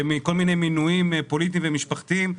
על כל מיני מינויים פוליטיים ומשפחתיים,